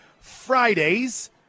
Fridays